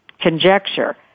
conjecture